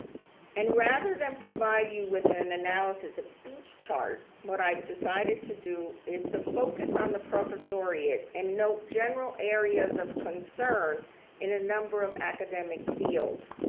and rather than provide you with an an analysis of each chart, what i decided to do is to focus on the professoriate and not general areas of concern in a number of academic fields.